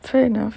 fair enough